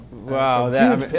Wow